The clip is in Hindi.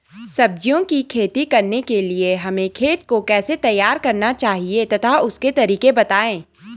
सब्जियों की खेती करने के लिए हमें खेत को कैसे तैयार करना चाहिए तथा उसके तरीके बताएं?